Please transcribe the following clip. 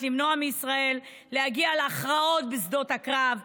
למנוע מישראל להגיע להכרעות בשדות הקרב השונים,